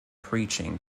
preaching